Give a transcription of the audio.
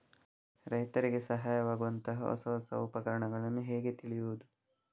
ರೈತರಿಗೆ ಸಹಾಯವಾಗುವಂತಹ ಹೊಸ ಹೊಸ ಉಪಕರಣಗಳನ್ನು ಹೇಗೆ ತಿಳಿಯುವುದು?